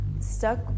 stuck